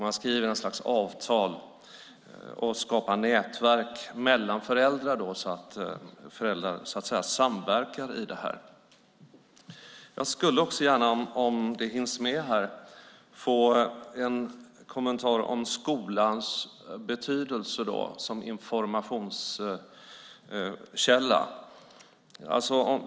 Man skriver ett slags avtal och skapar nätverk mellan föräldrar så att de samverkar i detta. Jag skulle också gärna, om det hinns med, få en kommentar om skolans betydelse som informationskälla.